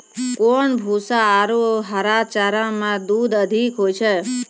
कोन भूसा आरु हरा चारा मे दूध अधिक होय छै?